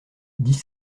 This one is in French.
dix